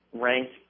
ranked